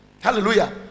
Hallelujah